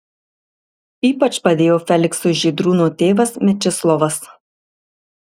ypač padėjo feliksui žydrūno tėvas mečislovas